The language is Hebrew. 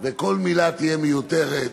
וכל מילה תהיה מיותרת.